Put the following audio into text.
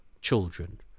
children